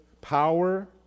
power